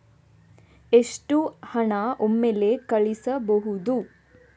ಎಷ್ಟು ಹಣ ಒಮ್ಮೆಲೇ ಕಳುಹಿಸಬಹುದು?